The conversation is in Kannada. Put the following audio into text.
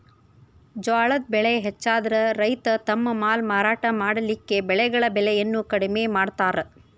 ಜ್ವಾಳದ್ ಬೆಳೆ ಹೆಚ್ಚಾದ್ರ ರೈತ ತಮ್ಮ ಮಾಲ್ ಮಾರಾಟ ಮಾಡಲಿಕ್ಕೆ ಬೆಳೆಗಳ ಬೆಲೆಯನ್ನು ಕಡಿಮೆ ಮಾಡತಾರ್